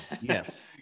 Yes